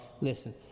Listen